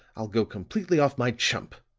i'll go completely off my chump.